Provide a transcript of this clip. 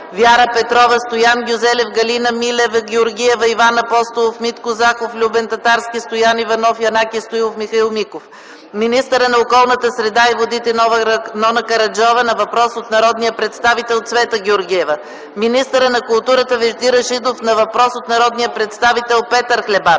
Вяра Петрова, Стоян Гюзелев, Галина Милева-Георгиева и Иван Алексиев; Митко Захов и Любен Татарски; Стоян Иванов, Янаки Стоилов – 2 въпроса, Михаил Миков. Министърът на околната среда и водите Нона Караджова – на въпрос от народния представител Цвета Георгиева. Министърът на културата Вежди Рашидов – на въпрос от народния представител Петър Хлебаров.